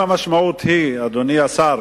אם המשמעות היא, אדוני השר,